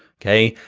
okay?